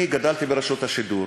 אני גדלתי ברשות השידור,